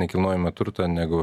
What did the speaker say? nekilnojamą turtą negu